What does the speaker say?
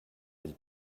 elle